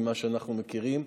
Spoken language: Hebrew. ממה שאנחנו מכירים.